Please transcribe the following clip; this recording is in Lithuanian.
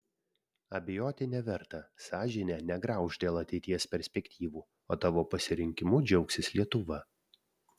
abejoti neverta sąžinė negrauš dėl ateities perspektyvų o tavo pasirinkimu džiaugsis lietuva